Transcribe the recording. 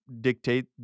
dictate